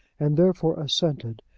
and therefore assented.